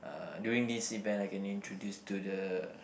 uh during this event I can introduce to the